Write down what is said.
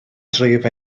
dref